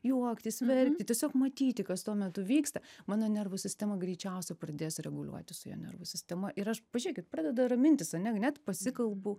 juoktis verkti tiesiog matyti kas tuo metu vyksta mano nervų sistema greičiausiai pradės reguliuotis su jo nervų sistema ir aš pažėkit pradeda ramintis ane net pasikalbu